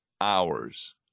hours